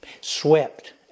swept